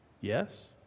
Yes